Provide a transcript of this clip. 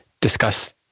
discuss